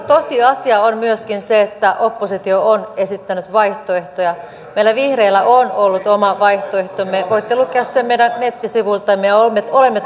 tosiasia on myöskin se että oppositio on esittänyt vaihtoehtoja meillä vihreillä on ollut oma vaihtoehtomme voitte lukea sen meidän nettisivuiltamme ja olemme olemme